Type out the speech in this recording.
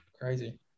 Crazy